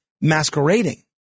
masquerading